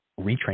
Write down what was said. retrain